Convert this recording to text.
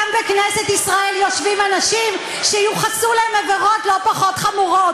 גם בכנסת ישראל יושבים אנשים שיוחסו להם עבירות לא פחות חמורות,